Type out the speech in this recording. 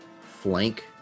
flank